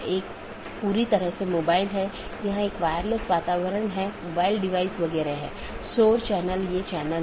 यह पूरे मेश की आवश्यकता को हटा देता है और प्रबंधन क्षमता को कम कर देता है